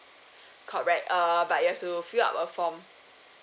correct err but you have to fill up a form